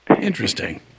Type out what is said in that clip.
Interesting